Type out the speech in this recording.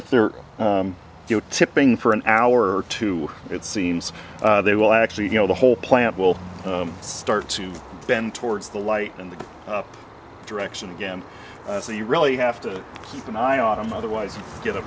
if they're tipping for an hour or two it seems they will actually you know the whole plant will start to bend towards the light in the direction again so you really have to keep an eye on them otherwise you get a